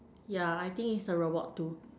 yeah I think is a robot too